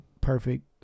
perfect